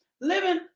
Living